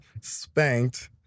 spanked